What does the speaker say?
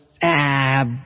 Ab